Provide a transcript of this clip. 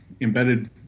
embedded